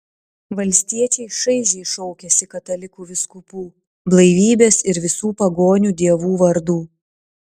valstiečiai šaižiai šaukiasi katalikų vyskupų blaivybės ir visų pagonių dievų vardų